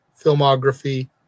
filmography